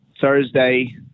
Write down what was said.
Thursday